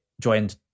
joined